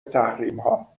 تحریمها